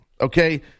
okay